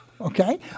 okay